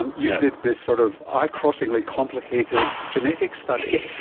um you did this sort of eye-crossingly complicated genetic study.